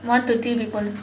one to three people